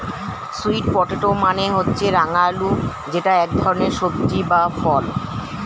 sweet potato মানে হচ্ছে রাঙা আলু যেটা এক ধরনের সবজি বা ফল